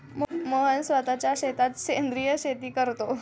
मोहन स्वतःच्या शेतात सेंद्रिय शेती करतो